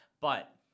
But-